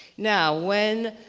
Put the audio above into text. now when